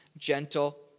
Gentle